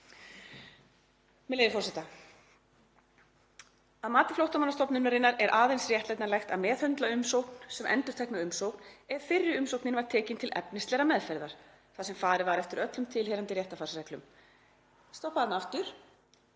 Með leyfi forseta: „Að mati Flóttamannastofnunarinnar er aðeins réttlætanlegt að meðhöndla umsókn sem endurtekna umsókn ef fyrri umsóknin var tekin til efnislegrar meðferðar, þar sem farið var eftir öllum tilheyrandi réttarfarsreglum.“ Ég ætla að